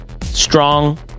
strong